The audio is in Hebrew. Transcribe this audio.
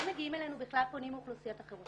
לא מגיעים אלינו בכלל פונים מאוכלוסיות אחרות,